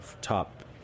top